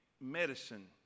medicine